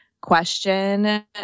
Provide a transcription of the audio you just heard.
question